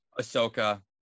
Ahsoka